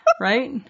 right